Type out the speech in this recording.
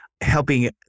helping